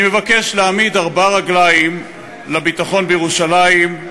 אני מבקש להעמיד ארבע רגליים לביטחון בירושלים: